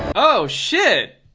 oh, shit.